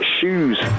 shoes